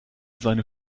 seine